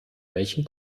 welchen